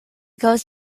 goes